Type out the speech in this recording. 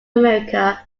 america